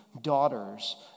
daughters